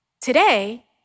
Today